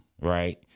right